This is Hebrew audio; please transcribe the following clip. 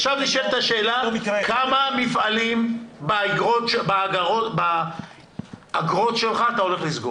עכשיו נשאלת השאלה כמה מפעלים אתה הולך לסגור בגלל האגרות שלך.